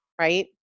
right